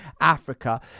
Africa